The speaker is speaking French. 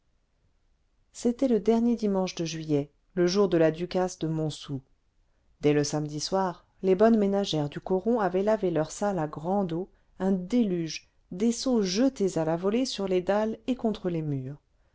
c'était le dernier dimanche de juillet le jour de la ducasse de montsou dès le samedi soir les bonnes ménagères du coron avaient lavé leur salle à grande eau un déluge des seaux jetés à la volée sur les dalles et contre les murs